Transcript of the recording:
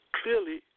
clearly